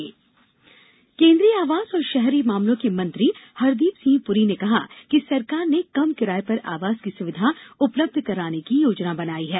विश्व आवास दिवस केन्द्रीय आवास और शहरी मामलों के मंत्री हरदीप सिंह पुरी ने कहा है कि सरकार ने कम किराये पर आवास की सुविधा उपलब्ध कराने की योजना बनाई है